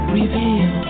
Reveal